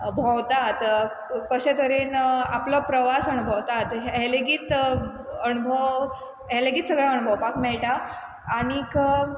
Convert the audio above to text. भोंवतात कशें तरेन आपलो प्रवास अणभवतात हें लेगीत अणभव हें लेगीत सगळें अणभवपाक मेळटा आनीक